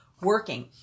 working